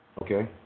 Okay